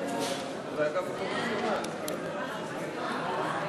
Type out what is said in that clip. ההצעה להעביר את